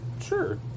Sure